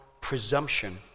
presumption